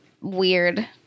weird